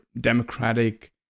democratic